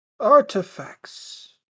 Artifacts